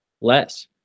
less